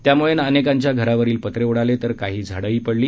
यामुळे अनेकांच्या घरावरील पत्रे उडाले तर काही झाडंही पडली